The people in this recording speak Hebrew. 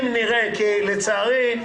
ולצערי,